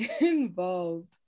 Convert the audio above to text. involved